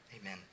amen